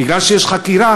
בגלל שיש חקירה,